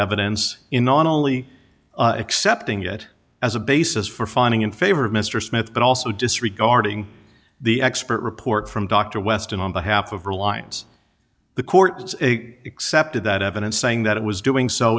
evidence in not only accepting it as a basis for finding in favor of mr smith but also disregarding the expert report from dr weston on behalf of reliance the court accepted that evidence saying that it was doing so